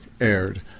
aired